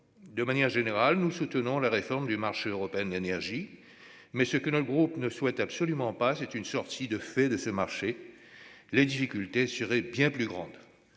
De manière générale, nous soutenons la réforme du marché européen de l'énergie. Mais ce que notre groupe ne souhaite absolument pas, c'est une sortie de fait de ce marché : les difficultés seraient alors bien plus grandes